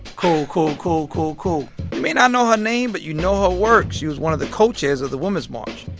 cool, cool, cool, cool, cool. you may not know her name, but you know her work. she was one of the co-chairs of the women's march,